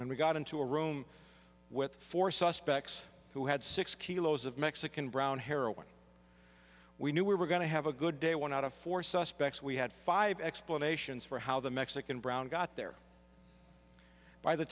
and we got into a room with four suspects who had six kilos of mexican brown heroin we knew we were going to have a good day one out of four suspects we had five explanations for how the mexican brown got there by the